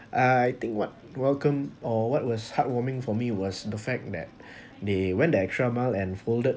uh I think what welcome or what was heartwarming for me was the fact that they went the extra mile and folded